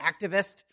activist